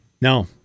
No